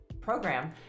program